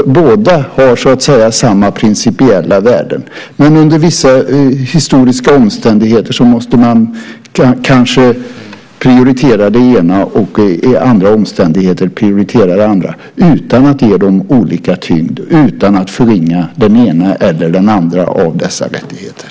Båda har samma principiella värde, men under vissa historiska omständigheter måste man kanske prioritera det ena och under andra omständigheter det andra utan att för den skull ge dem olika tyngd och utan att förringa den ena eller den andra av dessa rättigheter.